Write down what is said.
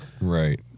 right